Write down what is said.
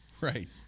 Right